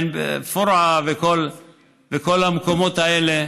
באל-פורעה ובכל המקומות האלה,